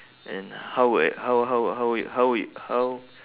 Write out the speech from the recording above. and how we~ how how how it how it how